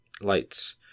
lights